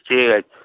ঠিক আছে